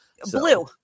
Blue